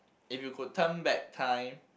it you could turn back time